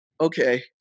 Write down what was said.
okay